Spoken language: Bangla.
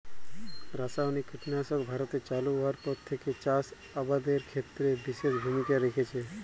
রাসায়নিক কীটনাশক ভারতে চালু হওয়ার পর থেকেই চাষ আবাদের ক্ষেত্রে বিশেষ ভূমিকা রেখেছে